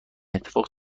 اتفاق